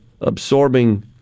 absorbing